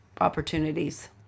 opportunities